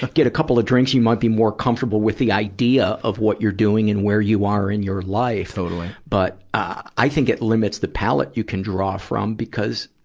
get a couple of drinks, you might be more comfortable with the idea of what you're doing and where you are in your life. dr. totally but, ah, i think it limits the pallet you can draw from because,